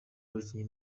abakinnyi